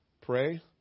pray